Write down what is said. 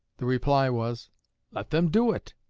the reply was let them do it.